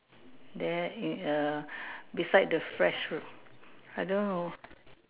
there err beside the fresh fruit I don't know